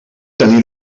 tenir